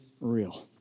real